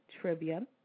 trivia